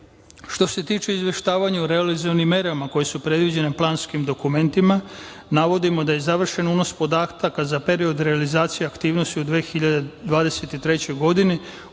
se tiče izveštavanja o realizovanim merama koje su predviđene planskim dokumentima, navodimo da je završen unos podataka za period realizacije aktivnosti u 2023. godini